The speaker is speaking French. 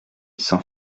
s’en